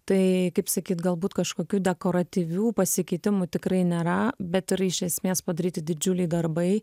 tai kaip sakyt galbūt kažkokių dekoratyvių pasikeitimų tikrai nėra bet yra iš esmės padaryti didžiuliai darbai